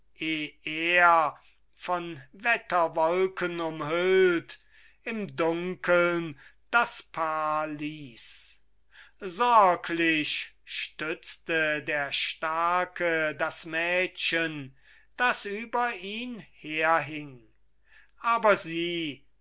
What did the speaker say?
er von wetterwolken umhüllt im dunkeln das paar ließ sorglich stützte der starke das mädchen das über ihn herhing aber sie